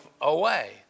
away